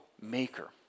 maker